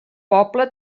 poble